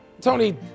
Tony